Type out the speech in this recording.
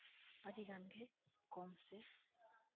ᱟᱹᱰᱤᱜᱟᱱ ᱜᱮ ᱠᱚᱢ ᱥᱮ